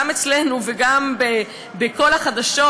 גם אצלנו וגם בכל החדשות,